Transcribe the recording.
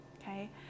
okay